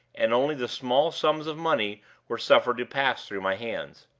and only the small sums of money were suffered to pass through my hands.